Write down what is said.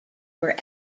were